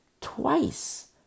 Twice